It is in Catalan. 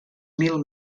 mil